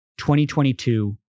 2022